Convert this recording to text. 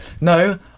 no